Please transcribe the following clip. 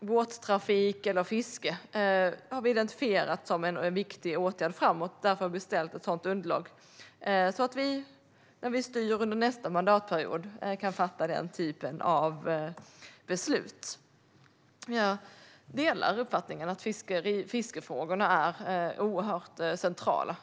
båttrafik eller fiske. Det har vi identifierat som en viktig åtgärd framöver, så det är därför som vi har beställt ett sådant underlag. När vi styr under nästa mandatperiod kan vi fatta den typen av beslut. Jag delar uppfattningen att fiskefrågorna är oerhört centrala.